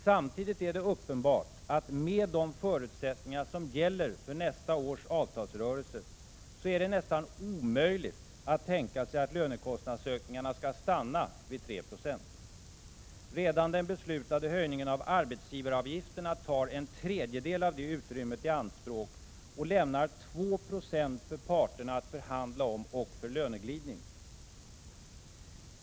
Samtidigt är det uppenbart att det med de förutsättningar som gäller för nästa års avtalsrörelse nästan är omöjligt att tänka sig att lönekostnadsökningarna skall stanna på 3 26. Redan den beslutade höjningen av arbetsgivaravgifterna tar en tredjedel av det utrymmet i anspråk och lämnar 2 96 för parterna att förhandla om och för löneglidning.